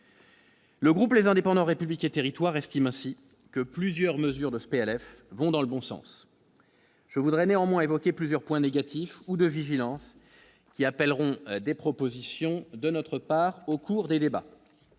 Le groupe, les indépendants républiques et territoires estime ainsi que plusieurs mesures de ce PLF vont dans le bon sens, je voudrais néanmoins évoqué plusieurs points négatifs ou de vigilance qui appelleront des propositions de notre part au cours des débats